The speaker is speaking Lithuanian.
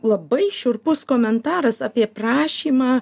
labai šiurpus komentaras apie prašymą